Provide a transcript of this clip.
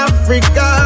Africa